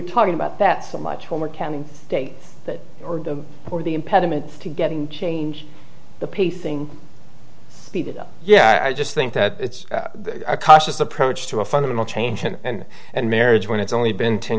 're talking about that so much homework counting states that or the or the impediments to getting change the pacing yeah i just think that it's a cautious approach to a fundamental change and and marriage when it's only been ten